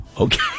Okay